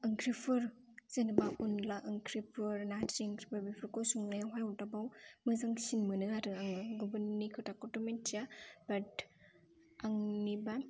ओंख्रिफोर जेनेबा अनद्ला ओंख्रिफोर नारजि ओंख्रिफोर बेफोरखौ संनायावहाय अरदाबाव मोजांसिन मोनो आरो आङो गुबुननि खोथाखौथ' मिन्थिया बाट आंनिबा